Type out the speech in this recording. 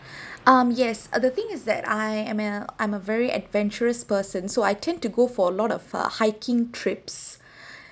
um yes the thing is that I am I'm a very adventurous person so I tend to go for a lot of a hiking trips